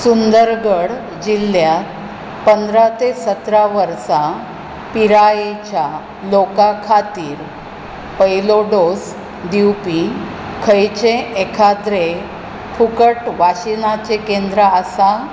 सुंदरगड जिल्ल्यांत पंदरा तें सतरा वर्सा पिरायेच्या लोकां खातीर पयलो डोस दिवपी खंयचेंय एखाद्रें फुकट वाशिनाचें केंद्र आसा